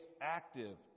active